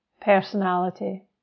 personality